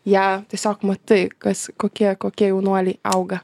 ją tiesiog matai kas kokie kokie jaunuoliai auga